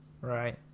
Right